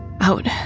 Out